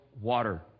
water